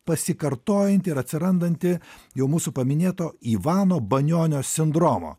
pasikartojantį ir atsirandantį jau mūsų paminėto ivano banionio sindromo